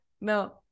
no